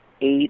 eight